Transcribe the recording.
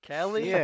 Kelly